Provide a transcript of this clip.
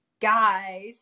guys